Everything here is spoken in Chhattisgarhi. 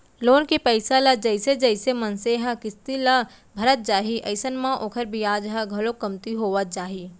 लोन के पइसा ल जइसे जइसे मनसे ह किस्ती ल भरत जाही अइसन म ओखर बियाज ह घलोक कमती होवत जाही